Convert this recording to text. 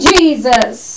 Jesus